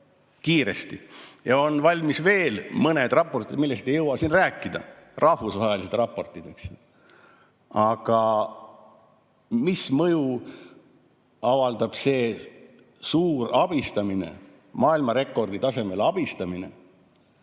kiiresti, ja on valmis veel mõned raportid, millest ei jõua siin rääkida. Need on rahvusvahelised raportid. Aga mis mõju avaldab see suur, maailmarekordi tasemel abistamine